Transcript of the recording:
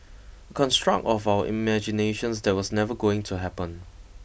construct of our imaginations that was never going to happen